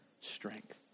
strength